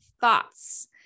thoughts